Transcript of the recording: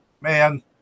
man